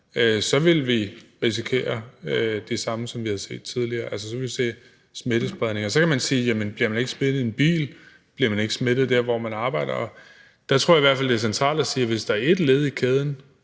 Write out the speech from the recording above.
ville vi risikere det samme, som vi har set tidligere, altså, så ville vi se smittespredning. Og så kan man sige: Jamen bliver man ikke smittet i en bil, bliver man ikke smittet der, hvor man arbejder? Der tror jeg i hvert fald det er centralt at sige, at hvis der et led i kæden,